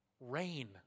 Rain